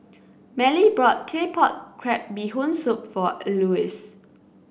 Mallie bought Claypot Crab Bee Hoon Soup for Elois